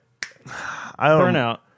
Burnout